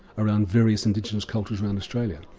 around various indigenous cultures around australia,